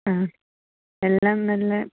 ആ എല്ലാം നല്ല